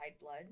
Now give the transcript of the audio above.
blood